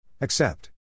Accept